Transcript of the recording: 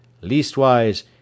Leastwise